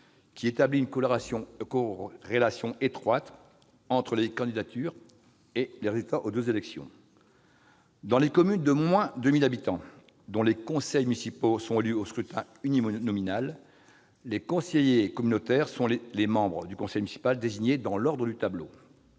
qui établit une corrélation étroite entre les candidatures et les résultats aux deux élections. En revanche, dans les communes de moins de 1 000 habitants, dont les conseils municipaux sont élus au scrutin uninominal, les conseillers communautaires sont des membres du conseil municipal, désignés dans l'ordre du tableau.